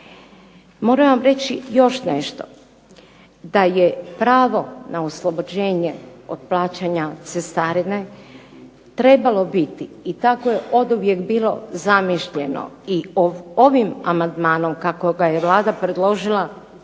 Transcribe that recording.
Moram vam reći još nešto da je pravo na oslobođenje od plaćanja cestarine trebalo biti i tako je oduvijek bilo zamišljeno i ovim amandmanom kako ga je Vlada predložila ja